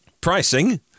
pricing